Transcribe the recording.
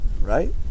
Right